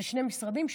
זה שני משרדים שונים,